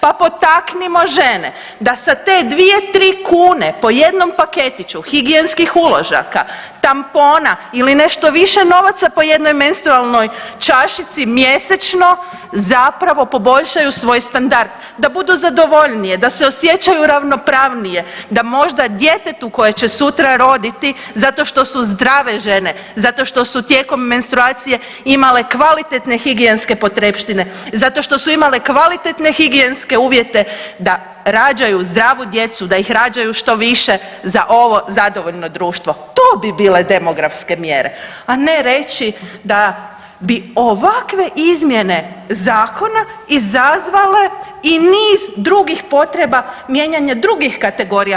Pa potaknimo žene da sa te 2, 3 kune po jednom paketiću higijenskih uložaka, tampona ili nešto više novaca po jednoj menstrualnoj čašici mjesečno zapravo poboljšaju svoj standard, da budu zadovoljnije, da se osjećaju ravnopravnije, da možda djetetu koje će sutra roditi zato što su zdrave žene, zato što su tijekom menstruacije imale kvalitetne higijenske potrepštine, zato što su imale kvalitetne higijenske uvjete da rađaju zdravu djecu, da ih rađaju što više za ovo zadovoljno društvo to bi bile demografske mjere, a ne reći da bi ovakve izmjene zakona izazvale i niz drugih potreba mijenjanja drugih kategorija.